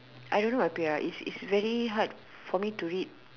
I don't know what it's it's very hard for me to read